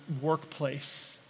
workplace